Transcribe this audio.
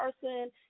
person